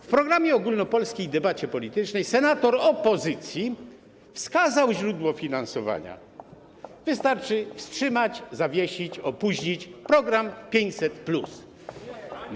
W programie, w ogólnopolskiej debacie politycznej senator opozycji wskazał źródło finansowania: wystarczy wstrzymać, zawiesić, opóźnić realizację programu 500+.